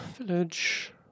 village